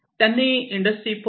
त्यांनी इंडस्ट्री 4